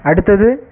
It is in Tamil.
அடுத்தது